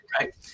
right